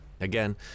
Again